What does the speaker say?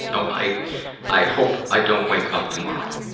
oh, i i hope i don't wake up tomorrow,